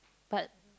but